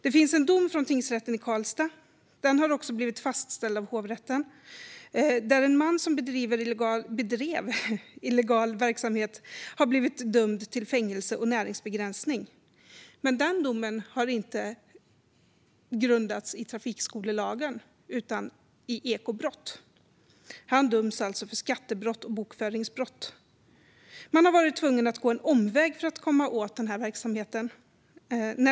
Det finns en dom från tingsrätten i Karlstad, som också har blivit fastställd av hovrätten, där en man som bedrev illegal verksamhet har blivit dömd till fängelse och näringsbegränsning. Denna dom har dock inte baserats på trafikskolelagen, utan han fälls för ekobrott i form av skattebrott och bokföringsbrott. Man har alltså varit tvungen att gå en omväg för att komma åt verksamheten.